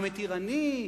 המתירני,